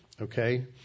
Okay